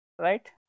right